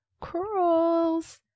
curls